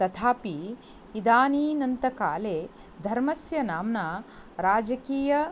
तथापि इदानीनन्तकाले धर्मस्य नाम्ना राजकीयं